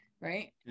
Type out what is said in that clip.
Right